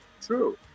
true